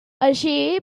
així